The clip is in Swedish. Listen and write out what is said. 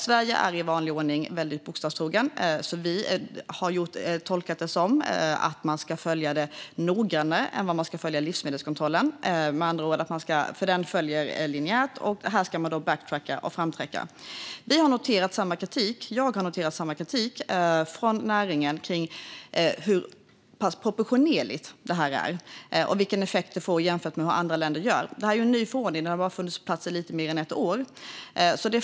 Sverige är i vanlig ordning väldigt bokstavstroget och har tolkat det som att man ska följa spårbarheten noggrannare än livsmedelskontrollen, för den följer linjärt. Här ska man då backtracka och framtracka. Jag har noterat samma kritik från näringen om hur pass proportionerligt det här är och vilken effekt det får vid en jämförelse med hur andra länder gör. Detta är en ny förordning; den har bara funnits på plats i lite mer än ett år.